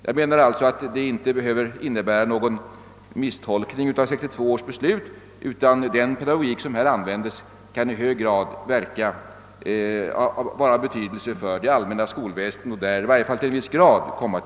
Det behöver alltså inte innebära någon misstolkning av 1962 års beslut, utan den pedagogik som där används kan bli av stor betydelse för det allmänna skolväsendet.